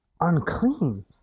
Unclean